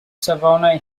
safonau